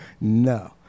no